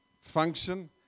function